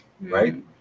right